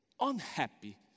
unhappy